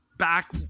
back